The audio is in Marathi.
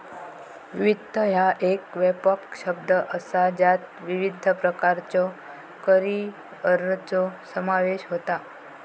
वित्त ह्या एक व्यापक शब्द असा ज्यात विविध प्रकारच्यो करिअरचो समावेश होता